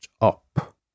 up